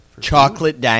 Chocolate